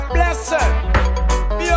Blessed